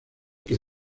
que